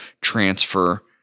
transfer